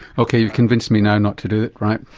ok, you've convinced me now not to do it right.